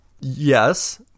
Yes